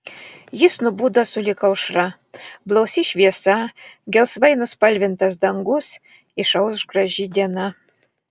jis nubudo sulig aušra blausi šviesa gelsvai nuspalvintas dangus išauš graži diena